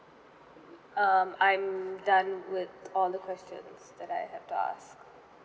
um I'm done with all the questions that I have to ask